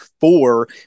four